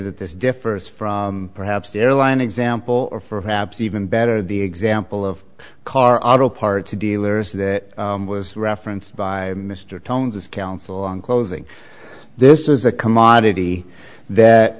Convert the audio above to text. that this differs from perhaps the airline example or perhaps even better the example of car auto parts dealers that was referenced by mr tones as counsel on closing this is a commodity that